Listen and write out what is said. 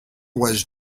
was